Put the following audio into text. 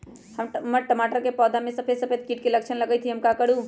हमर टमाटर के पौधा में सफेद सफेद कीट के लक्षण लगई थई हम का करू?